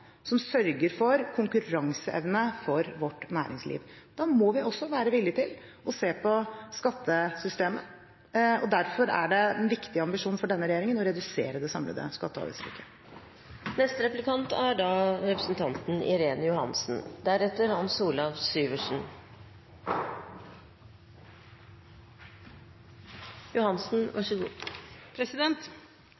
som sørger for konkurranseevne for vårt næringsliv. Da må vi også være villige til å se på skattesystemet, og derfor er det en viktig ambisjon for denne regjeringen å redusere det samlede skatte- og